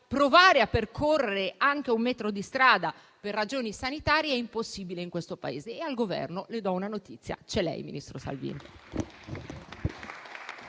provare a percorrere anche un metro di strada per ragioni sanitarie è impossibile. E al Governo - le do una notizia - c'è lei, ministro Salvini.